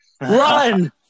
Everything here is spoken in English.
Run